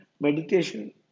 Meditation